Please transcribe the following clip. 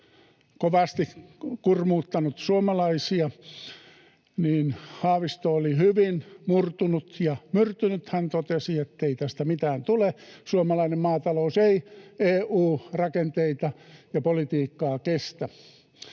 kovasti kurmuuttanut suomalaisia, joten Haavisto oli hyvin murtunut ja myrtynyt. Hän totesi, ettei tästä mitään tule, suomalainen maatalous ei EU-rakenteita ja -politiikkaa kestä.